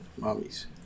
mommies